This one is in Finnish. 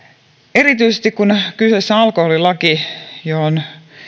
erityisesti kun kyseessä on alkoholilaki johon